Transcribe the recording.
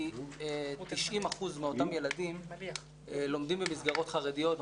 כי 90% מאותם ילדים לומדים במסגרות חרדיות,